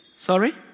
Sorry